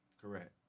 Correct